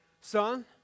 Son